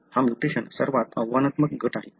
हा म्युटेशन सर्वात आव्हानात्मक गट आहे